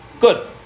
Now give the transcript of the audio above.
Good